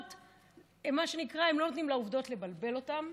מה שנקרא, הם לא נותנים לעובדות לבלבל אותם.